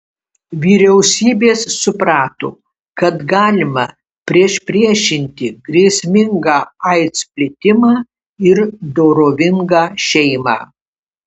vyriausybės suprato kad galima priešpriešinti grėsmingą aids plitimą ir dorovingą šeimą